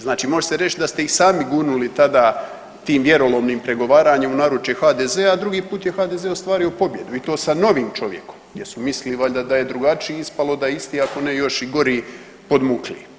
Znači može se reći da ste ih sami gurnuli tada tim vjerolomnim pregovaranjem u naručje HDZ-a, a drugi put je HDZ ostario pobjedu i to sa novim čovjekom jer su misli vjerojatno da je drugačiji, ispalo da je isti ako ne i još i gori, podmukliji.